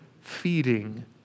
feeding